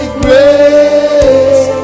grace